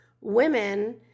women